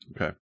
Okay